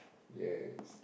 yes